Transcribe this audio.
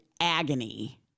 agony